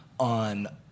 On